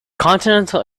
continental